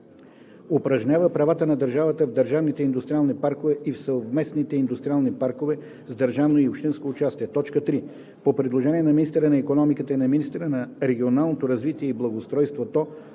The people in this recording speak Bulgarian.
упражнява правата на държавата в държавните индустриални паркове и в съвместните индустриални паркове с държавно и общинско участие; 3. по предложение на министъра на икономиката и на министъра на регионалното развитие и благоустройството